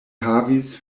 havis